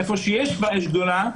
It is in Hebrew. איפה שיש כבר אש גדולה,